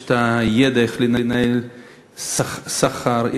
ידע איך לנהל סחר,